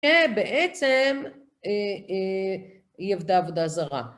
ובעצם היא עבדה עבודה זרה.